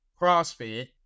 CrossFit